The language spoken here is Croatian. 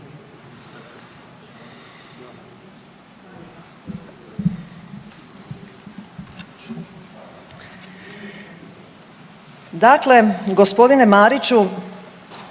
Dakle, gospodine Mariću,